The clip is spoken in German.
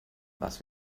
was